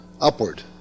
Upward